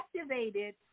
activated